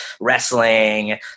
wrestling